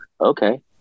okay